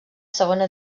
segona